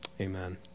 Amen